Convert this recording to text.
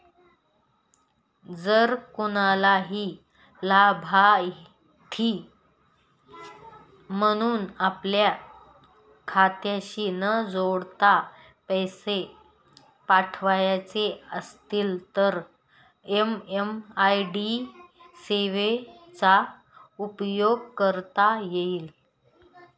जर कुणालाही लाभार्थी म्हणून आपल्या खात्याशी न जोडता पैसे पाठवायचे असतील तर एम.एम.आय.डी सेवेचा उपयोग करता येईल